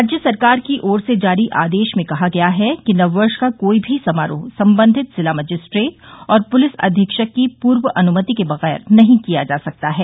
राज्य सरकार की ओर से जारी आदेश में कहा गया है कि नववर्ष का कोई भी समारोह सम्बंधित जिला मजिस्ट्रेट और पुलिस अधिक्षक की पूर्व अनुमति के बगैर नहीं किया जा सकता है